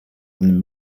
and